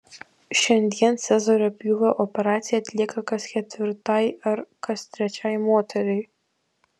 šiandien cezario pjūvio operacija atlieka kas ketvirtai ar kas trečiai moteriai